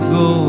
go